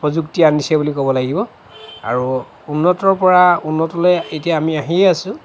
প্ৰযুক্তিয়ে আনিছে বুলি ক'ব লাগিব আৰু উন্নতৰ পৰা উন্নতলৈ এতিয়া আমি আহিয়ে আছো